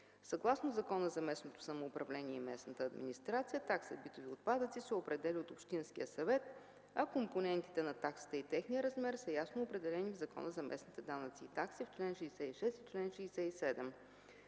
Съгласно Закона за местното самоуправление и местната администрация такса битови отпадъци се определя от Общинския съвет, а компонентите на таксата и техният размер са ясно определени в чл. 66 и чл. 67 от Закона за местните данъци и такси. Заседанията на